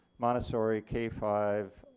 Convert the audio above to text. montessori, k five,